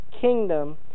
kingdom